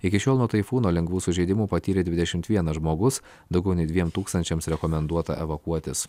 iki šiol nuo taifūno lengvų sužeidimų patyrė dvidešimt vienas žmogus daugiau nei dviem tūkstančiams rekomenduota evakuotis